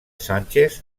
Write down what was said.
sánchez